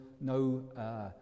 no